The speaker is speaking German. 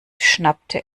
schnappte